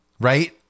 Right